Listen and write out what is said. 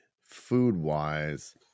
food-wise